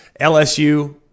LSU